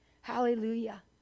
hallelujah